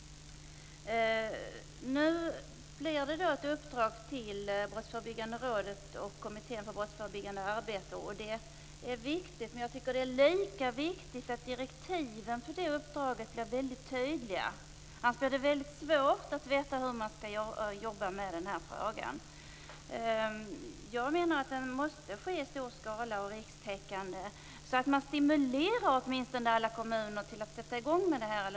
Nu blir det ett uppdrag till Brottsförebyggande rådet och Kommittén för brottsförebyggande arbete. Det är viktigt, men jag tycker att det är lika viktigt att direktiven för detta uppdrag blir väldigt tydliga. Annars blir det väldigt svårt att veta hur man skall jobba med den här frågan. Jag menar att det måste ske i stor skala och vara rikstäckande, så att man åtminstone stimulerar de olika polisdistrikten att sätta i gång med det här.